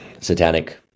satanic